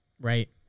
right